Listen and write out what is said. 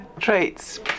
traits